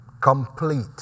Complete